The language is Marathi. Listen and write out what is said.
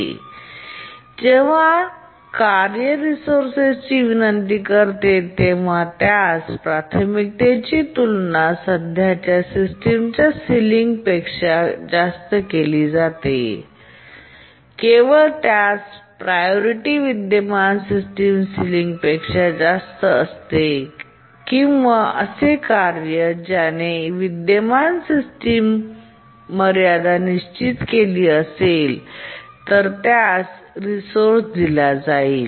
येथे जेव्हा कार्य रिसोर्सची विनंती करते तेव्हा त्यास प्राथमिकतेची तुलना सध्याच्या सिस्टीमच्या सिलिंग पेक्षा केली जाते आणि केवळ त्यास प्रायोरिटी विद्यमान सिस्टम सिलिंग पेक्षा जास्त असते किंवा असे कार्य ज्याने विद्यमान सिस्टम मर्यादा निश्चित केली असेल तर त्यास रिसोर्स दिले जाईल